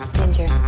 ginger